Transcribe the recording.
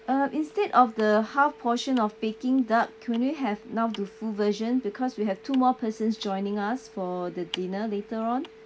uh instead of the half portion of peking duck can we have now the full version because we have two more persons joining us for the dinner later on